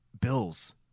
bills